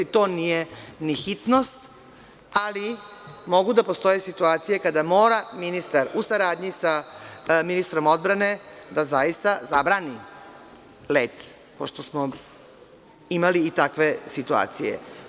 To nije ni hitnost, ali mogu da postoje situacije kada mora ministar u saradnji sa ministrom odbrane da zaista zabrani let, pošto smo imali i takve situacije.